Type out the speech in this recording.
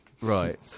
Right